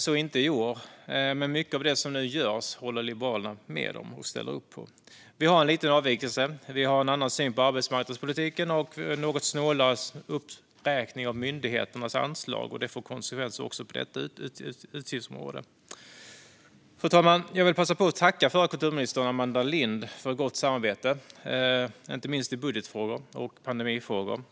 Så har inte skett i år, men mycket av det som nu görs håller Liberalerna med om och ställer upp på. Vi har dock en liten avvikelse. Vi har en annan syn på arbetsmarknadspolitik och något snålare uppräkning av myndigheternas anslag, vilket får konsekvenser även på detta utgiftsområde. Fru talman! Jag vill passa på att tacka förra kulturministern Amanda Lind för ett gott samarbete, inte minst i frågor som rört budget och pandemi.